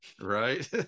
right